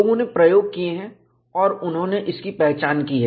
लोगों ने प्रयोग किए हैं और उन्होंने इसकी पहचान की है